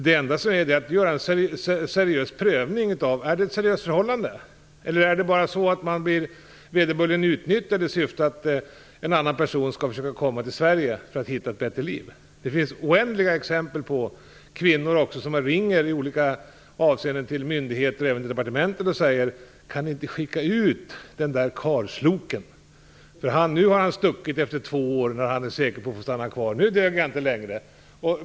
Det enda som gäller är att det görs en noggrann prövning av om det är ett seriöst förhållande eller om man vill utnyttja detta i syfte att försöka låta en annan person komma till Sverige för att hitta ett bättre liv. Det finns oändliga exempel på kvinnor som i olika avseenden ringer till myndigheter och även till departementet och säger: Kan ni inte skicka ut den där karlsloken? Nu har han stuckit, efter två år, när han är säker på att få stanna kvar. Nu dög jag inte längre.